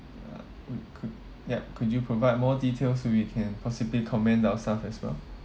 uh cou~ cou~ yup could you provide more details we can possibly commend our staff as well